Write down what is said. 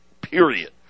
period